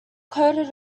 coated